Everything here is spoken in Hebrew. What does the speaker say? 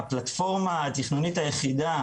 והפלטפורמה התכנונית היחידה,